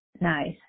nice